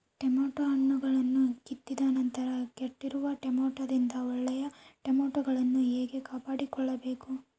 Tomato ಹಣ್ಣುಗಳನ್ನು ಕಿತ್ತಿದ ನಂತರ ಕೆಟ್ಟಿರುವ ಟೊಮೆಟೊದಿಂದ ಒಳ್ಳೆಯ ಟೊಮೆಟೊಗಳನ್ನು ಹೇಗೆ ಕಾಪಾಡಿಕೊಳ್ಳಬೇಕು?